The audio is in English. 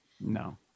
No